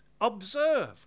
Observe